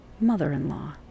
mother-in-law